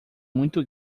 muito